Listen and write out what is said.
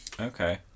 Okay